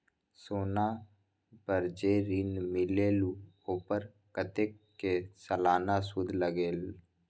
सोना पर जे ऋन मिलेलु ओपर कतेक के सालाना सुद लगेल?